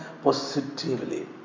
positively